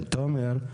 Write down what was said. תומר,